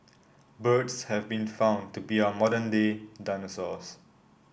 birds have been found to be our modern day dinosaurs